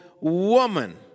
woman